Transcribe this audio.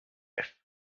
life